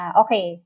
okay